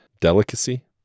Delicacy